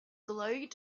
glowed